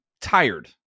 tired